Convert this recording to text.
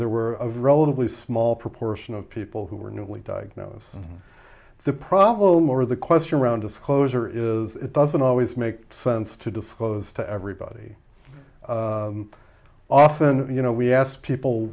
there were of relatively small proportion of people who were newly diagnosed the problem or the question around disclosure is it doesn't always make sense to disclose to everybody often you know we asked people